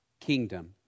kingdom